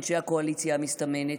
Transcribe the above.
אנשי הקואליציה המסתמנת,